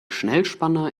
schnellspanner